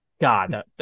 God